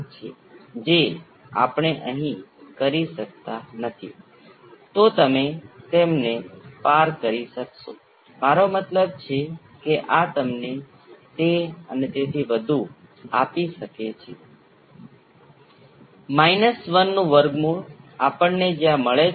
હવે આમાં ડાબી બાજુના સર્કિટમાં તમે જોઈ શકો છો કે આત્યંતિક કિસ્સામાં જ્યારે R 0 પર જાય છે ત્યારે તમારી પાસે ફક્ત L અને C એકબીજા સાથે સમાંતરમાં હશે જેને તમે લૂપમાં શ્રેણીમાં અથવા એકબીજા સાથે સમાંતરમાં ગણી શકો છો